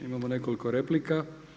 Imamo nekoliko replika.